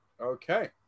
Okay